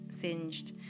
singed